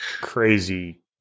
crazy